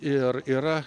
ir yra